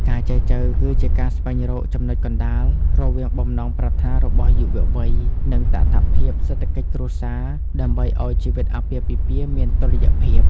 ការចែចូវគឺជាការស្វែងរក "ចំណុចកណ្ដាល" រវាងបំណងប្រាថ្នារបស់យុវវ័យ និងតថភាពសេដ្ឋកិច្ចគ្រួសារ ដើម្បីឱ្យជីវិតអាពាហ៍ពិពាហ៍មានតុល្យភាព។